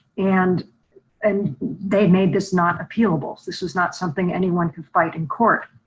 and and they made this not appealable. this is not something anyone can fight in court.